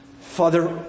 Father